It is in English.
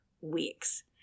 weeks